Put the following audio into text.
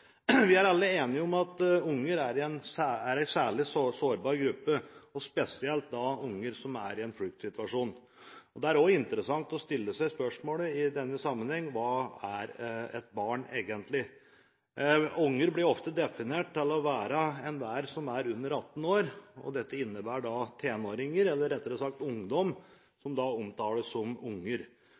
Vi er alle enige om at barn er en særlig sårbar gruppe, og spesielt barn som er i en fluktsituasjon. Det er også interessant å stille seg spørsmålet i denne sammenheng: Hva er et barn egentlig? Barn blir ofte definert til å være enhver som er under 18 år. Dette innebærer da tenåringer, eller – rettere sagt – ungdom som omtales som